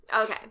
okay